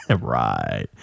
Right